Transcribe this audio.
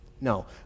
No